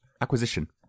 Acquisition